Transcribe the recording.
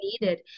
needed